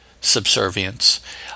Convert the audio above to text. subservience